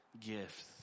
gifts